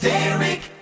Derek